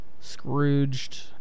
Scrooged